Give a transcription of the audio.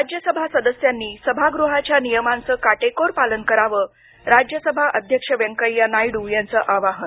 राज्यसभा सदस्यांनी सभागृहाच्या नियमांचं काटेकोर पालन करावं राज्यसभा अध्यक्ष व्यंकय्या नायडू यांचं आवाहन